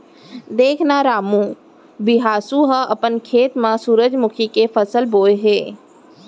देख न रामू, बिसाहू ह अपन खेत म सुरूजमुखी के फसल बोय हे